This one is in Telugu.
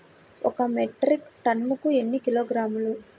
ఒక మెట్రిక్ టన్నుకు ఎన్ని కిలోగ్రాములు?